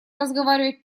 разговаривать